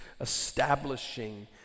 establishing